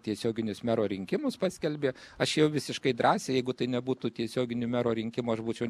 tiesioginius mero rinkimus paskelbė aš jau visiškai drąsiai jeigu tai nebūtų tiesioginių mero rinkimų aš būčiau